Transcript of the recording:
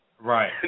Right